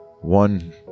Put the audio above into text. One